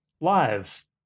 live